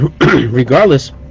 regardless